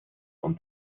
und